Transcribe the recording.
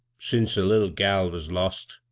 since the little gal was lost